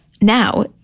Now